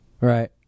Right